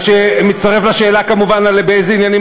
מה שמצטרף כמובן לשאלה באיזה עניינים